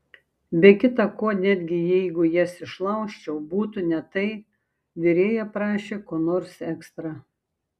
be kita ko netgi jeigu jas išlaužčiau būtų ne tai virėja prašė ko nors ekstra